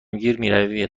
گیر